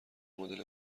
مدل